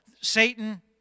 Satan